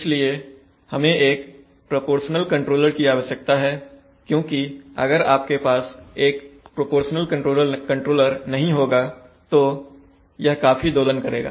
इसलिए हमें एक प्रोपोर्शनल कंट्रोलर की आवश्यकता है क्योंकि अगर आपके पास एक प्रोपोर्शनल कंट्रोलर नहीं होगा तो यह काफी दोलन करेगा